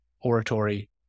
oratory